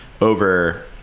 over